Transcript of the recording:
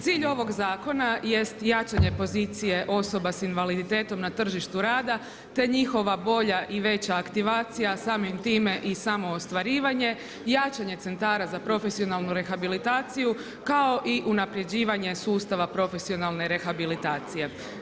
Cilj ovog zakona jest jačanje pozicije osoba s invaliditetom na tržištu rada te njihova bolja i veća aktivacija samim time i samo ostvarivanje, jačanje centara za profesionalnu rehabilitaciju kao i unapređivanje sustava profesionalne rehabilitacije.